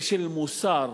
של מוסר.